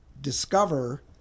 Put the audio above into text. discover